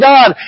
God